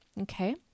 Okay